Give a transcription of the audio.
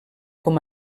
com